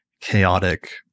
chaotic